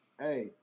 Hey